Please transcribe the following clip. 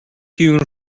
hewn